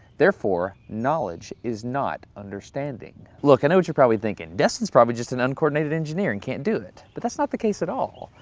therefore, knowledge is not understanding. look i know what you're probably thinking. destin's probably just an uncoordinated engineer and can't do it. but that's not the case at all.